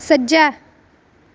सज्जै